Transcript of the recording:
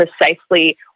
precisely